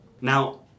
Now